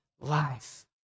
life